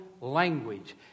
language